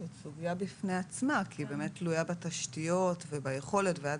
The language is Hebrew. זאת סוגיה בפני עצמה כי באמת היא תלויה בתשתיות וביכולת ועד